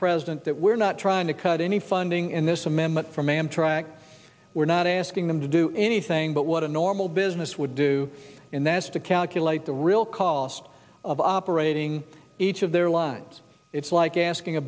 president that we're not trying to cut any funding in this amendment from amtrak we're not asking them to do anything but what a normal business would do in that is to calculate the real cost of operating each of their lives it's like asking a